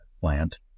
plant